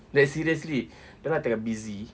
like seriously dah lah tengah busy